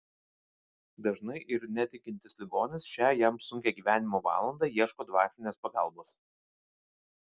dažnai ir netikintis ligonis šią jam sunkią gyvenimo valandą ieško dvasinės pagalbos